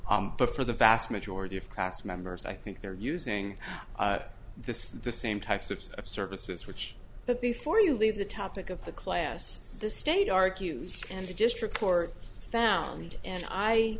member but for the vast majority of class members i think they're using this the same types of services which the before you leave the topic of the class the state argues and the district court found and i